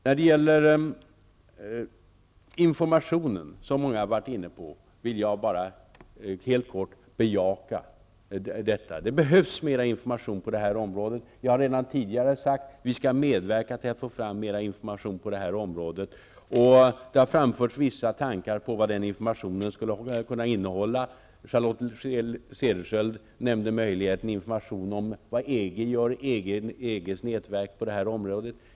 När det gäller frågan om informationen, som många har varit inne på, vill jag bara helt kort bejaka att det behövs mera information på det här området. Jag har redan tidigare sagt att vi skall medverka till att få fram mera information på det här området, och det har framförts vissa tankar om vad den skulle kunna innehålla. Charlotte Cederschiöld nämnde möjligheten att ge information om EG:s nätverk på detta område.